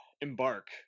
embark